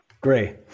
great